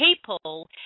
people